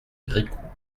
bricout